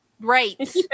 right